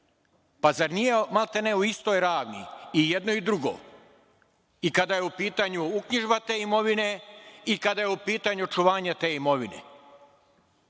Pa, zar nije maltene u istoj ravni i jedno i drugo i kada je u pitanju uknjižba te imovine i kada je u pitanju očuvanje te imovine? Mi